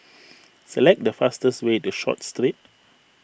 select the fastest way to Short Street